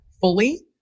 fully